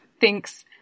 thinks